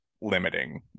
limiting